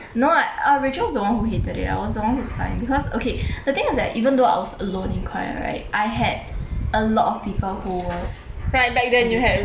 no I rachel's the one who hated it I was the one who's fine because okay the thing was that even though I was alone in choir right I had a lot of people who was